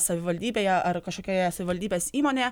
savivaldybėje ar kažkokioje savivaldybės įmonėje